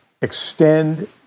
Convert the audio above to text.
extend